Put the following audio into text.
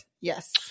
yes